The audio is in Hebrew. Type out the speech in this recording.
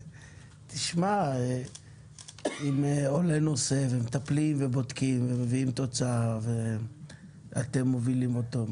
אם עולה נושא ומטפלים ובודקים ומביאים תוצאה ואתם מובילים אותו,